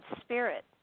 spirit